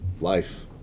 life